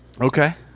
Okay